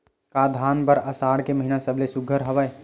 का धान बर आषाढ़ के महिना सबले सुघ्घर हवय?